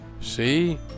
see